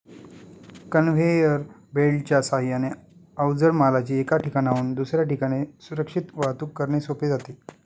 conveyor बेल्टच्या साहाय्याने अवजड मालाची एका ठिकाणाहून दुसऱ्या ठिकाणी सुरक्षित वाहतूक करणे सोपे जाते